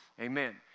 Amen